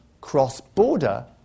cross-border